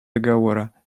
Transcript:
договора